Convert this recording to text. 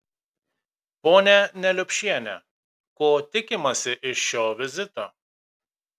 ponia neliupšiene ko tikimasi iš šio vizito